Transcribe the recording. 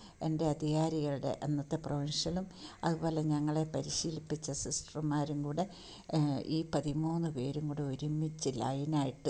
എൻ്റെ അധികാരികളുടെ അന്നത്തെ പ്രഫഷനും അതുപോലെ ഞങ്ങളെ പരിശീലിപ്പിച്ച സിസ്റ്റർമാരും കൂടെ ഈ പതിമൂന്ന് പേരും കൂടെ ഒരുമിച്ച് ലൈനായിട്ട്